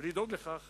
ולדאוג לכך